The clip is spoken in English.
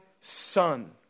son